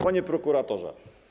Panie Prokuratorze!